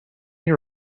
your